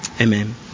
Amen